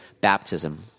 baptism